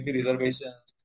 reservations